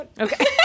Okay